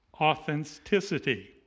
authenticity